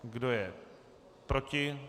Kdo je proti?